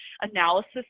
analysis